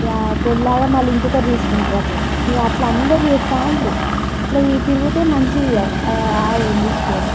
ఇక కొల్లాగా మళ్ళీ ఇంకొకరు తీసుకుంటారు తీసుకుంటారు అట్లా ఇక అట్లా అందరు చేస్తూ ఉంటారు అట్లా ఈ తిరిగితే మంచిది ఇక ఆవునిదీసుకొని